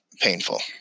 painful